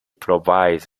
provides